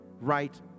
right